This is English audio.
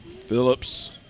Phillips